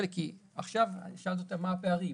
עכשיו שאלת אותי מה הפערים.